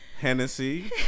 Hennessy